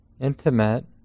intimate